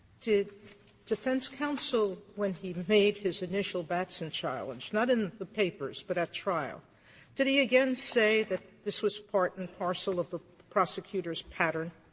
did defense counsel, when he made his initial batson challenge not in the papers, but at trial did he again say that this was part and parcel of the prosecutor's pattern?